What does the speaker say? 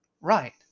Right